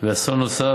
ואסון נוסף,